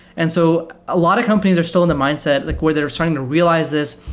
and so a lot of companies are still in the mindset like where they're starting to realize this.